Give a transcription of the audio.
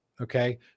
okay